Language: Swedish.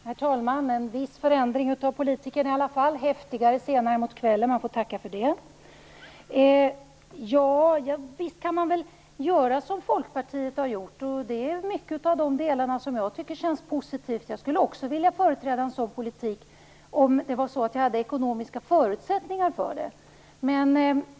Herr talman! Det var en viss förändring av politiken, i alla fall. Sigge Godin sade att det blir häftigare fram emot kvällen. Man får tacka för det. Visst kan man göra som Foklpartiet har gjort. Jag tycker många delar känns positiva. Jag skulle också vilja företräda en sådan politik om jag hade ekonomiska förutsättningar för det.